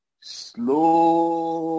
slow